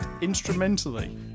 instrumentally